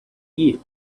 eat